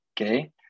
Okay